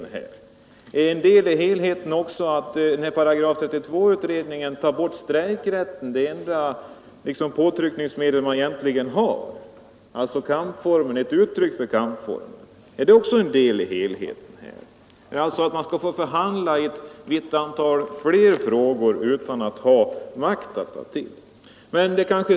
Är det en del av helheten att § 32-utredningen tar bort strejkrätten, det enda påtryckningsmedel som arbetarna har? Herr Hellström sade att de anställda skulle få förhandla i ett större antal frågor utan att ha makt att ta till.